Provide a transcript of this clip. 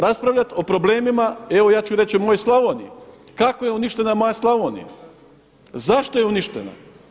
Raspravljati o problemima, evo ja ću reći o mojoj Slavoniji, kako je uništena moja Slavonija, zašto je uništena?